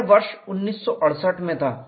यह वर्ष 1968 में था